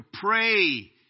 pray